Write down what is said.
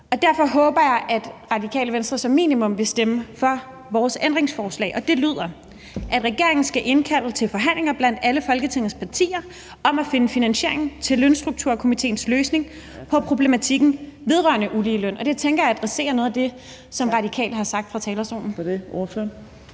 Derfor håber jeg, at Radikale Venstre som minimum vil stemme for vores ændringsforslag, og det lyder: »Regeringen indkalder Folketingets partier til forhandlinger om finansiering til lønstrukturkomitéens løsning på problematikken om uligeløn.« Det tænker jeg adresserer noget af det, som Radikale har sagt fra talerstolen.